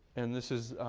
and this is